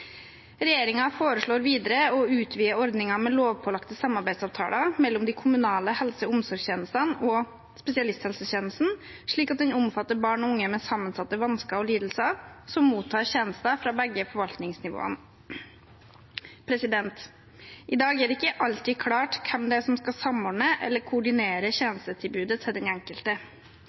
foreslår videre å utvide ordningen med lovpålagte samarbeidsavtaler mellom de kommunale helse- og omsorgstjenestene og spesialisthelsetjenesten, slik at den omfatter barn og unge med sammensatte vansker og lidelser som mottar tjenester fra begge forvaltningsnivåene. I dag er det ikke alltid klart hvem som skal samordne eller koordinere tjenestetilbudet til den enkelte.